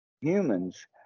humans